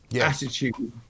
attitude